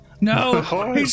No